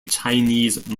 chinese